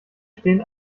stehen